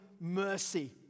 mercy